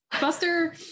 Buster